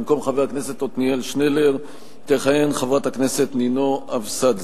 במקום חבר הכנסת עתניאל שנלר תכהן חברת הכנסת נינו אבסדזה.